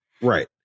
Right